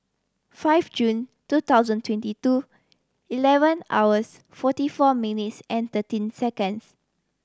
five Jun two thousand twenty two eleven hours forty four minutes and thirteen seconds